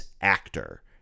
actor